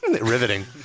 Riveting